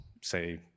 Say